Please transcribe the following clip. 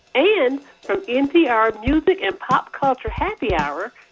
and from npr music and pop culture happy hour,